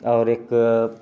आओर एक